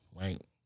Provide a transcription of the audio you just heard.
right